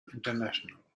international